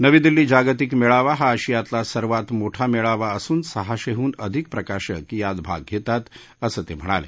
नवी दिल्ली जागतिक मेळावा हा आशियातला सर्वात मोठा मेळावा असून सहाशेहून अधिक प्रकाशक यात भाग घेतात असं ते म्हणाले